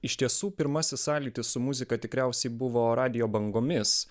iš tiesų pirmasis sąlytis su muzika tikriausiai buvo radijo bangomis